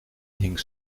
hing